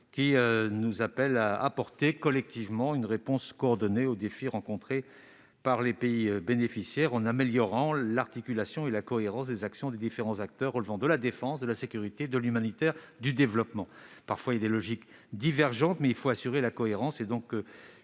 16 nous appelle à apporter collectivement une réponse coordonnée aux défis rencontrés par les pays bénéficiaires en améliorant l'articulation et la cohérence des actions des différents acteurs relevant de la défense, de la sécurité, de l'humanitaire et du développement. Il existe parfois des logiques divergentes, mais il faut assurer la cohérence de